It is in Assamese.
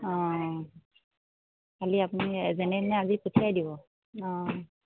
অঁ খালি আপুনি যেনে তেনে আজি পঠিয়াই দিব অঁ